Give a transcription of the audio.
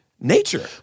nature